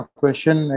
question